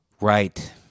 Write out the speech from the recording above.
Right